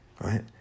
Right